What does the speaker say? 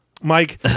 Mike